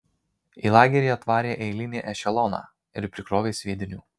į lagerį atvarė eilinį ešeloną ir prikrovė sviedinių